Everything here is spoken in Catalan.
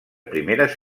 primeres